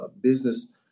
business